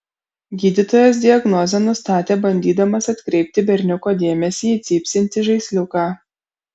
gydytojas diagnozę nustatė bandydamas atkreipti berniuko dėmesį į cypsintį žaisliuką